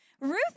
Ruth